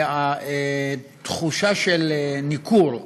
זה התחושה של ניכור.